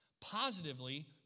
Positively